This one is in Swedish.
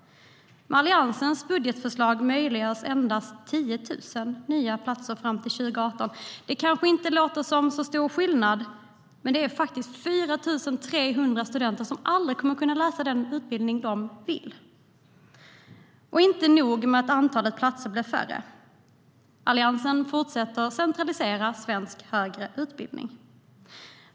Med Alliansens budgetförslag möjliggörs endast 10 000 nya platser fram till 2018. Det kanske inte låter som en så stor skillnad. Men det är faktiskt 4 300 studenter som aldrig kommer att kunna läsa den utbildning de vill. Det är inte nog med att antalet platser blir färre. Alliansen fortsätter att centralisera svensk högre utbildning.